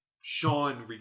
Sean